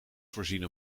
voorzien